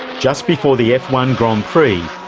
just before the f one grand prix,